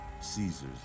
Caesar's